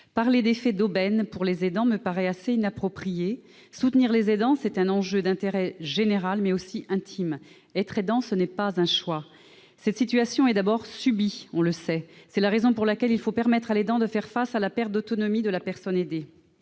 Parler d'effet d'aubaine pour les aidants me paraît assez inapproprié. Soutenir les aidants est un enjeu d'intérêt général, mais aussi intime. On le sait, être aidant n'est pas un choix, c'est d'abord une situation subie. C'est la raison pour laquelle il faut permettre à l'aidant de faire face à la perte d'autonomie de la personne aidée.